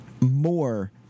more